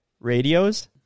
radios